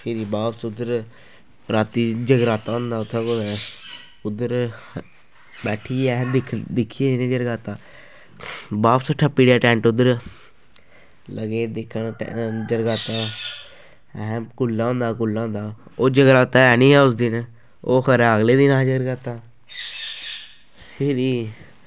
फिरी बापस उद्धर रातीं जगराता होंदा उत्थें कुतै उद्धर बैठी गे अहें दिक्खेआ जगराता बापस ठप्पी ओड़ेआ टैंट उद्धर लगे दिक्खन जगराता अहें कुल्लै होंदा कुल्लै होंदा ओह् जगराता है नेईं हा उस दिन ओह् खबरै अगले दिन हा जगराता फिरी